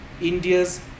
India's